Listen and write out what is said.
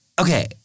Okay